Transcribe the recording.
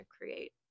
create